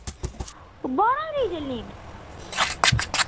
बाह्र आह्ली चलनी